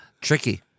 Tricky